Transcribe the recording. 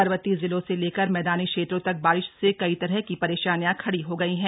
पर्वतीय जिलों से लेकर मैदानी क्षेत्रों तक बारिश से कई तरह की परेशानियां खड़ी हो गई हैं